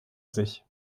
sich